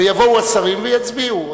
ויבואו השרים ויצביעו.